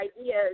ideas